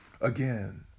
Again